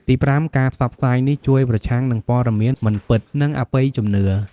ទីប្រាំ ការផ្សព្វផ្សាយនេះជួយប្រឆាំងនឹងព័ត៌មានមិនពិត និងអបិយជំនឿ។